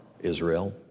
Israel